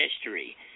history